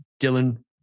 Dylan